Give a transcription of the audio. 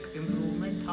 improvement